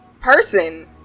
person